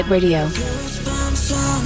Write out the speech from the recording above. Radio